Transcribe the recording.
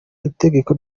itegeko